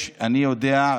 אני יודע,